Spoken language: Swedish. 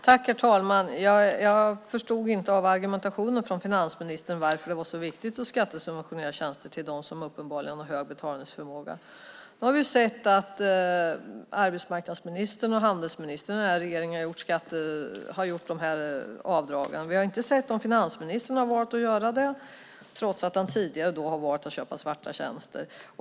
Herr talman! Jag förstod inte av argumentationen från finansministern varför det var så viktigt att skattesubventionera tjänster för dem som uppenbarligen har hög betalningsförmåga. Nu har vi sett att arbetsmarknadsministern och handelsministern i den här regeringen har gjort de här avdragen. Vi har inte sett om finansministern har valt att göra det, trots att han tidigare har valt att köpa svarta tjänster.